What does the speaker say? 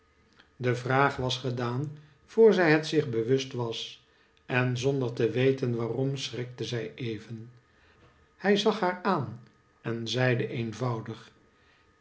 de vraag was gedaan voor zij het zich bewust was en zonder te weten waarom schrikte zij even hij zag haar aan en zeide eenvoudig